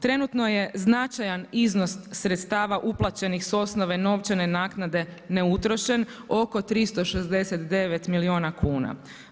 Trenutno je značajan iznos sredstava uplaćenih s osnove novčane naknade neutrošen oko 369 milijuna kuna.